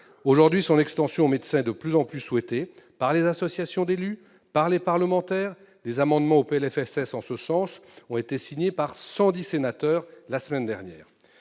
Aujourd'hui, son extension aux médecins est de plus en plus souhaitée par les associations d'élus et les parlementaires. Des amendements au PLFSS allant en ce sens ont été signés par 110 sénateurs. Je vous le dis